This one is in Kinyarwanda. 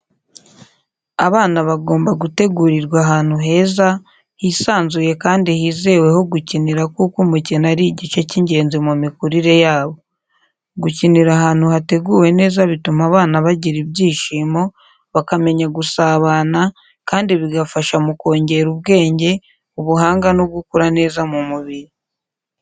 Abana bagomba gutegurirwa ahantu heza, hisanzuye kandi hizewe ho gukinira kuko umukino ari igice cy’ingenzi mu mikurire yabo. Gukinira ahantu hateguwe neza bituma abana bagira ibyishimo, bakamenya gusabana, kandi bigafasha mu kongera ubwenge, ubuhanga no gukura neza mu mubiri.